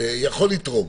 יכול לתרום.